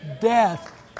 Death